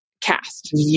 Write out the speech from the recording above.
cast